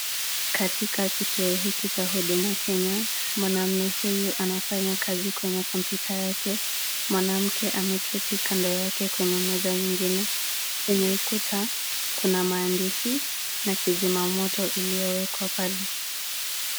Katika kituo hiki cha huduma Kenya mwanaume huyu anafanya kazi kwenye kompyuta yake, mwanamke ameketi kando yake kwenye meza nyingine, kwenye ukuta na maandishi na kizima moto iliyowekwa pale.